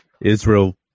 Israel